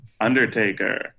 Undertaker